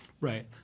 Right